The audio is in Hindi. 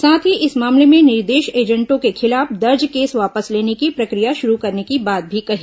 साथ ही इस मामले में निर्दोष एजेंटों के खिलाफ दर्ज केस वापस लेने की प्रक्रिया शुरू करने की बात भी कही